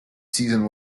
season